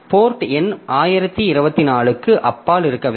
board எண் 1024 க்கு அப்பால் இருக்க வேண்டும்